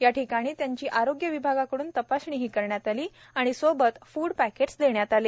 या ठिकाणी त्यांची आरोग्य विभागाकडून तपासणीही करण्यात आली तसेच सोबत फ्ड पॅकेट ही देण्यात आले